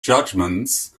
judgments